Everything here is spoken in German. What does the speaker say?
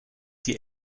die